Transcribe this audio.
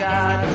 God